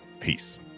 Peace